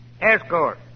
escort